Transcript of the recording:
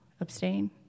Abstain